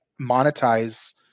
monetize